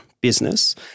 business